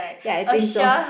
ya I think so